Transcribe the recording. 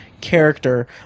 character